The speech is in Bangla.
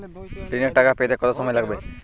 ঋণের টাকা পেতে কত সময় লাগবে?